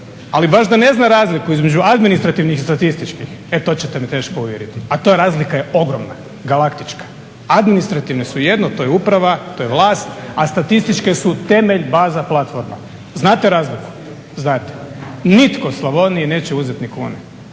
ali baš da ne zna razliku između administrativnih i statističkih e to ćete me teško uvjeriti. A ta razlika je ogromna, galaktička. Administrativne su jedno, to je uprava, to je vlast, a statističke su temelj baza platforma. Znate razliku? Znate. Nitko Slavoniji neće uzeti ni kune.